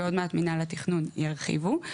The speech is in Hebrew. ועוד מעט מינהל התכנון ירחיבו על כך.